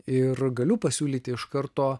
ir galiu pasiūlyti iš karto